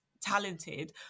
talented